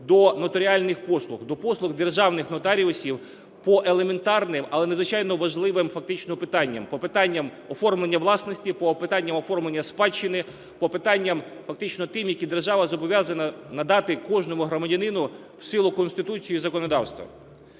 до нотаріальних послуг, до послуг державних нотаріусів по елементарним, але надзвичайно важливим фактично питанням: по питанням оформлення власності, по питанням оформлення спадщини, по питанням фактично тим, які держава зобов'язана надати кожному громадянину в силу Конституції і законодавства.